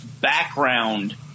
background